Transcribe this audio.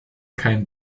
kein